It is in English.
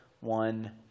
one